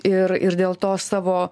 ir ir dėl to savo